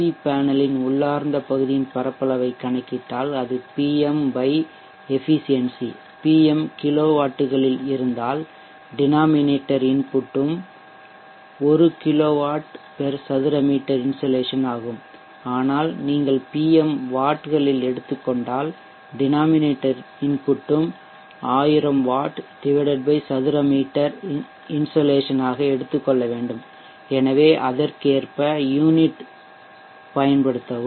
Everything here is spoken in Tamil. வி பேனலின் உள்ளார்ந்த பகுதியின் பரப்பளவைக் கணக்கிட்டால் அது Pm எஃபிசியென்சி Pm கிலோவாட்டுகளில் இருந்தால் டினாமினேட்டர் இன்புட் ம் 1 கிலோவாட் சதுர மீட்டர் இன்சோலேஷன் ஆகும் ஆனால் நீங்கள் பிஎம் வாட்களில் எடுத்துக் கொண்டால் டினாமினேட்டர் இன்புட் ம் 1000 வாட் சதுர மீட்டர் இன்சோலேஷன் ஆக எடுத்துக்கொள்ள வேண்டும் எனவே அதற்கேற்ப யூனிட் அலகுகளைப் பயன்படுத்தவும்